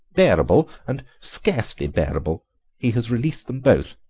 bearable and scarcely bearable he has released them both.